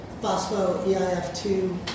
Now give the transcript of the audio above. phospho-EIF2